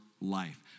life